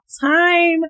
time